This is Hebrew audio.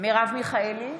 מרב מיכאלי,